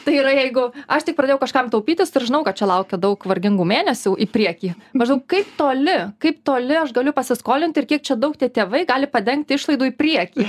tai yra jeigu aš tik pradėjau kažkam taupyti ir žinau kad čia laukia daug vargingų mėnesių į priekį maždaug kaip toli kaip toli aš galiu pasiskolinti ir kiek čia daug tie tėvai gali padengti išlaidų į priekį